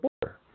border